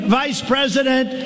vice-president